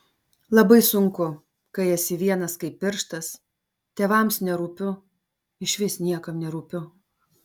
labai sunku kai esi vienas kaip pirštas tėvams nerūpiu išvis niekam nerūpiu